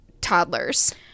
toddlers